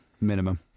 minimum